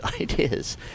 ideas